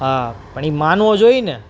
હા પણ એ માનવો જોઈએ ને